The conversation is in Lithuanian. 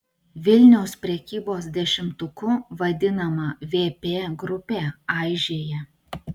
vilniaus prekybos dešimtuku vadinama vp grupė aižėja